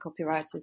copywriters